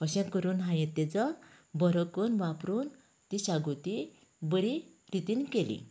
अशें करून हाये तेचो बरो कन्न वापरून ती शागोती बरें रितीन केली